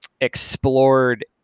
explored